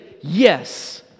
yes